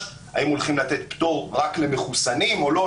והשאלה האם הולכים לתת פטור רק למחוסנים או לא.